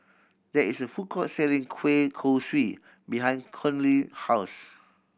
there is a food court selling kueh kosui behind Conley house